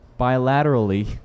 bilaterally